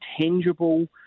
tangible